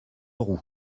roux